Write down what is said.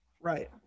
Right